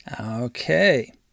Okay